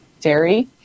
dairy